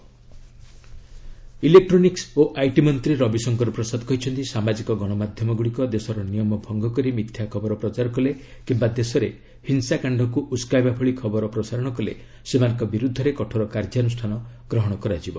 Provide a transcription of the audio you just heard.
ଗଭ୍ social media electronic ଓ IT ମନ୍ତ୍ରୀ ରବିଶଙ୍କର ପ୍ରସାଦ କହିଛନ୍ତି ସାମାଜିକ ଗଣମାଧ୍ୟମ ଗୁଡ଼ିକ ଦେଶର ନିୟମ ଭଙ୍ଗ କରି ମିଥ୍ୟା ଖବର ପ୍ରଚାର କଲେ କିମ୍ବା ଦେଶରେ ହିଂସାକାଶ୍ଡକୁ ଉସ୍କାଇବା ଭଳି ଖବର ପ୍ରସାରଣ କଲେ ସେମାନଙ୍କ ବିରୁଦ୍ଧରେ କଠୋର କାର୍ଯ୍ୟାନୁଷ୍ଠାନ ଗ୍ରହଣ କରାଯିବ